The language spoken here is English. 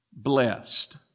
Blessed